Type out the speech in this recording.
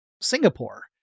Singapore